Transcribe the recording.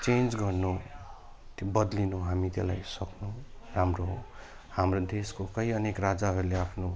change गर्नु त्यो बद्लिनु हामी त्यसलाई सक्नु राम्रो हो हाम्रो देशको काहीँ अनेक राजाहरूले आफ्नो